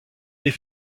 est